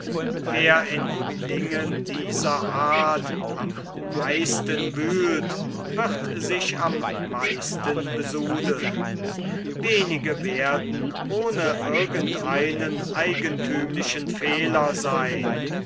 wer in dingen dieser art am meisten wühlt wird sich am meisten besudeln wenige werden ohne irgend einen eigenthümlichen fehler seyn